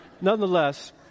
nonetheless